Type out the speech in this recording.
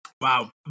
Wow